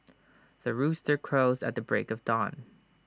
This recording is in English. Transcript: the rooster crows at the break of dawn